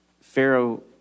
Pharaoh